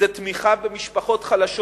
זה תמיכה במשפחות חלשות,